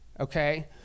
Okay